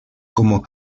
como